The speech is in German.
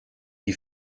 die